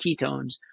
ketones